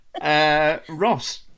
Ross